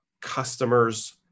customers